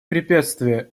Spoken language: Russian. препятствия